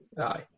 Aye